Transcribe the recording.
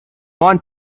want